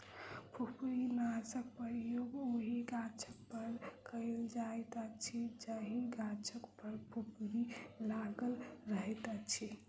फुफरीनाशकक प्रयोग ओहि गाछपर कयल जाइत अछि जाहि गाछ पर फुफरी लागल रहैत अछि